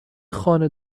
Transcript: خانه